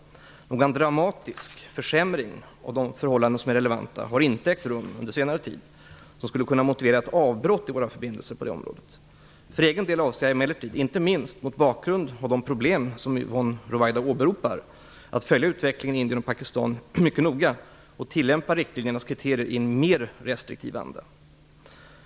Någon dramatisk försämring av de förhållanden som är relevanta har inte ägt rum under senare tid vilken skulle kunna motivera ett avbrott i våra förbindelser på detta område. För egen del avser jag emellertid, inte minst mot bakgrund av de problem som Yvonne Ruwaida åberopar, att följa utvecklingen i Indien och Pakistan mycket noga och tillämpa riktlinjernas kriterier i mer restriktiv anda.